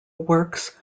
works